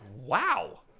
Wow